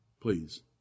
please